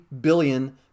billion